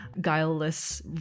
guileless